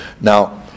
Now